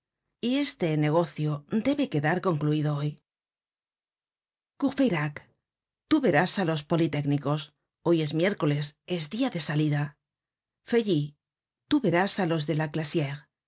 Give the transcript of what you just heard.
y este negocio debe quedar concluido hoy courfeyrac tú verás á los politécnicos hoy miércoles es dia de salida feuilly tú verás á los de la